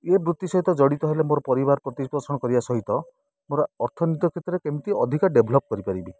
ଇଏ ବୃତ୍ତି ସହିତ ଜଡ଼ିତ ହେଲେ ମୋର ପରିବାର ପ୍ରତିପୋଷଣ କରିବା ସହିତ ମୋର ଅର୍ଥନୀତି କ୍ଷେତ୍ରରେ କେମିତି ଅଧିକା ଡେଭଲପ୍ କରିପାରିବି